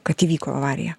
kad įvyko avarija